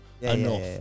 enough